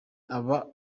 ababa